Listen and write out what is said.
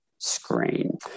screen